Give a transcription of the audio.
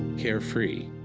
carefree,